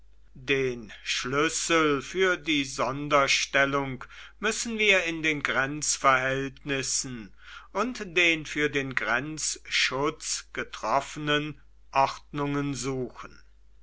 den schlüssel für die sonderstellung müssen wir in den grenzverhältnissen und den für den grenzschutz getroffenen ordnungen suchen